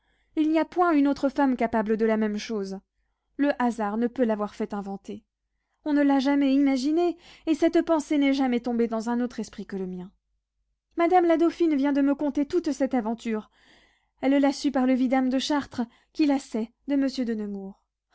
il n'y a point une autre femme capable de la même chose le hasard ne peut l'avoir fait inventer on ne l'a jamais imaginée et cette pensée n'est jamais tombée dans un autre esprit que le mien madame la dauphine vient de me conter toute cette aventure elle l'a sue par le vidame de chartres qui la sait de monsieur de nemours